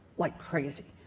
like crazy,